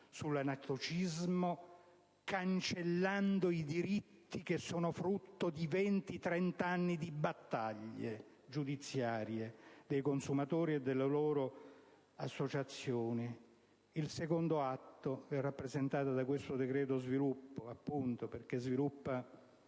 sull'anatocismo, cancellando i diritti che sono frutto di 20-30 anni di battaglie giudiziarie dei consumatori e della loro associazione. Il secondo atto è rappresentato da questo provvedimento definito come decreto sviluppo appunto perché sviluppa